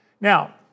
Now